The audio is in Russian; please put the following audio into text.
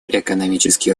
экономический